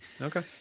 Okay